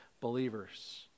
believers